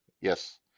Yes